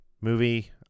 movie